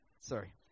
Sorry